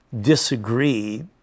disagree